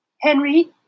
Henry